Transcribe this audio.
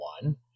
one